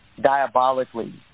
diabolically